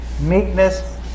meekness